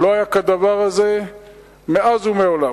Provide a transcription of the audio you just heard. לא היה כדבר הזה מאז ומעולם,